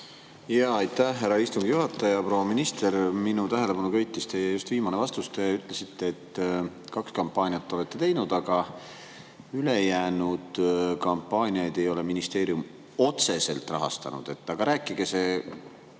Aitäh, härra istungi juhataja! Proua minister! Minu tähelepanu köitis teie viimane vastus. Te ütlesite, et kaks kampaaniat olete teinud, aga ülejäänud kampaaniaid ei ole ministeerium otseselt rahastanud. Aga rääkige see